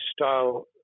style